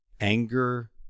Anger